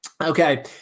Okay